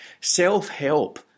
self-help